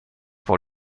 pour